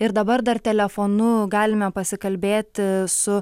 ir dabar dar telefonu galime pasikalbėti su